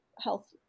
health